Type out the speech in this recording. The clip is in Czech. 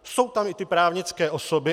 Jsou tam i právnické osoby.